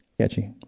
Catchy